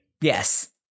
Yes